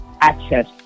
access